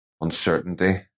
uncertainty